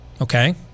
Okay